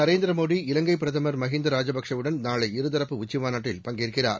நரேந்திர மோடி இலங்கை பிரதமர் மஹிந்தா ராஜபக்சேவுடன் நாளை இருதரப்பு உச்சி மாநாட்டில் பங்கேற்கிறார்